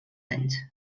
anys